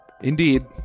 Indeed